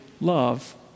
love